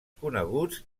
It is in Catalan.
coneguts